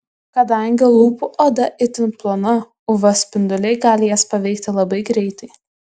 kadangi lūpų oda itin plona uv spinduliai gali jas paveikti labai greitai